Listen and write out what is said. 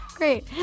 Great